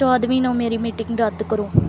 ਚੌਦ੍ਹਵੀਂ ਨੂੰ ਮੇਰੀ ਮੀਟਿੰਗ ਰੱਦ ਕਰੋ